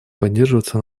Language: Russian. поддерживаться